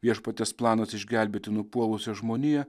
viešpaties planas išgelbėti nupuolusią žmoniją